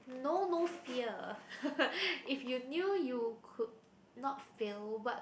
know no fear if you knew you could not fail what